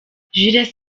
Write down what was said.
jules